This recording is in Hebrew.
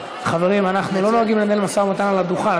חברים, אנחנו לא נוהגים לנהל משא-ומתן על הדוכן.